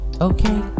okay